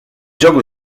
gioco